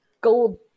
gold